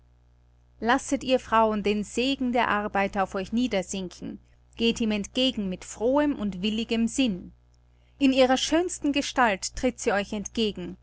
lasset ihr frauen den segen der arbeit auf euch niedersinken geht ihm entgegen mit frohem und willigem sinn in ihrer schönsten gestalt tritt sie euch entgegen